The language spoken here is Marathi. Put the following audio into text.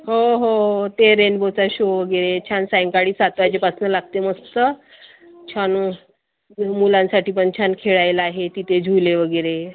हो हो हो ते रेनबोचा शो वगैरे छान सायंकाळी सात वाजेपासनं लागते मस्त छान मुलांसाठी पण छान खेळायला आहे तिथे झुले वगैरे